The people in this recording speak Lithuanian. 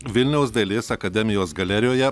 vilniaus dailės akademijos galerijoje